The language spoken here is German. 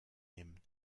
nehmen